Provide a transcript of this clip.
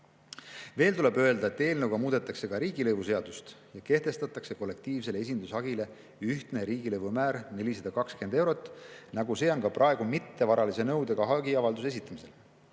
Veel tuleb öelda, et eelnõuga muudetakse ka riigilõivuseadust ja kehtestatakse kollektiivsele esindushagile ühtne riigilõivumäär 420 eurot, nagu see on ka praegu mittevaralise nõudega hagiavalduse esitamisel.